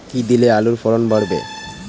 কী দিলে আলুর ফলন বাড়বে?